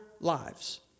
lives